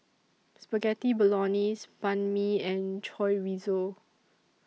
Spaghetti Bolognese Banh MI and Chorizo